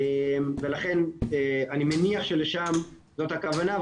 ולכן אני מניח שלשם זאת הכוונה,